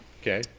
Okay